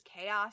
chaos